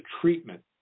treatment